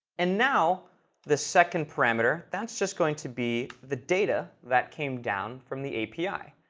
and now the second parameter, that's just going to be the data that came down from the api.